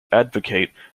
advocate